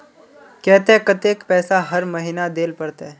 केते कतेक पैसा हर महीना देल पड़ते?